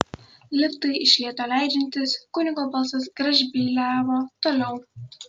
liftui iš lėto leidžiantis kunigo balsas gražbyliavo toliau